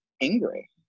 angry